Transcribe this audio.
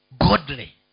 godly